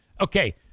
Okay